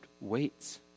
waits